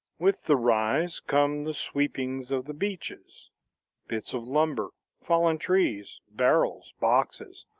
with the rise, come the sweepings of the beaches bits of lumber, fallen trees, barrels, boxes,